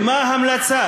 למה המלצה?